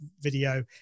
video